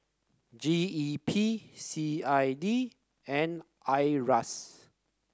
G E P C I D and Iras